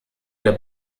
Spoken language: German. der